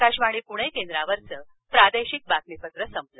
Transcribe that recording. आकाशवाणी पुणे केंद्रावरचं प्रादेशिक बातमीपत्र संपलं